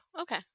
okay